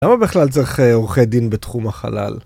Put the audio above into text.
למה בכלל צריך עורכי דין בתחום החלל?